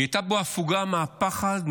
היא הייתה בהפוגה מהפחד,